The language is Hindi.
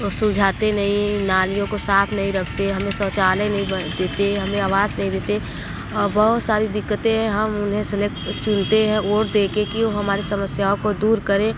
वह सुलझाते नहीं नालीयों को साफ नहीं रखते हमें शौचालय नहीं देते हमें आवास नहीं देते बहुत सारी दिक्कतें है हम उन्हें सिलेक्ट चुनते हैं वोट दे के कि वह हमारी समस्याओं को दूर करे